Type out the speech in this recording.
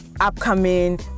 upcoming